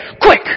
Quick